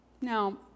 Now